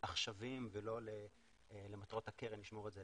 עכשוויים ולא למטרות הקרן לשמירה לעתיד.